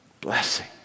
Blessing